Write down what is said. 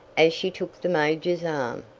as she took the major's arm,